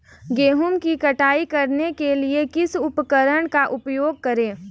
गेहूँ की कटाई करने के लिए किस उपकरण का उपयोग करें?